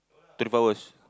twenty four hours